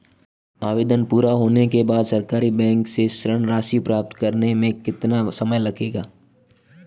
आवेदन पूरा होने के बाद सरकारी बैंक से ऋण राशि प्राप्त करने में कितना समय लगेगा?